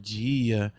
dia